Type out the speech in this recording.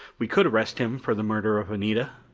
we could arrest him for the murder of anita.